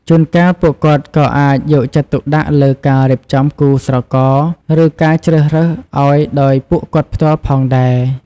ជួនកាល ពួកគាត់ក៏អាចយកចិត្តទុកដាក់លើការរៀបចំគូស្រករ ឬការជ្រើសរើសឱ្យដោយពួកគាត់ផ្ទាល់ផងដែរ។